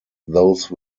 those